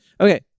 Okay